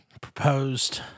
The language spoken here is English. proposed